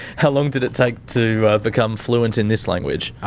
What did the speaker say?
how long did it take to become fluent in this language?